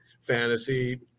fantasy